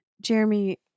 Jeremy